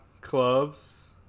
clubs